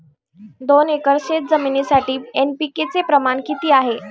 दोन एकर शेतजमिनीसाठी एन.पी.के चे प्रमाण किती आहे?